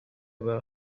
were